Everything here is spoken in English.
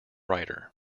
writer